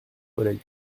collègue